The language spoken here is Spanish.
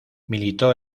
militó